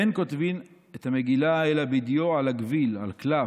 אין כותבין את המגילה אלא בדיו על הגוויל" על קלף,